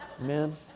Amen